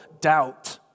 doubt